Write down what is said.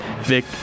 Vic